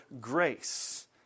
grace